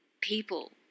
people